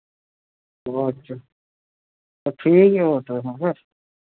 ᱟᱪᱪᱷᱟ ᱴᱷᱤᱠ ᱜᱮᱭᱟ ᱦᱟᱸᱜ ᱛᱚᱵᱮ ᱦᱮᱸ